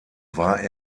war